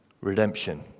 Redemption